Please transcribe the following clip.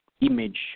image